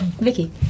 Vicky